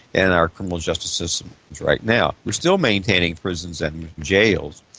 in our criminal justice systems right now. we're still maintaining prisons and jails,